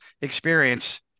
experience